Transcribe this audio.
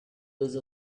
those